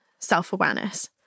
self-awareness